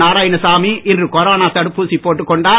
நாராயணசாமி இன்று கொரோனா தடுப்பூசி போட்டுக் கொண்டார்